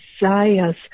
desires